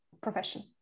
profession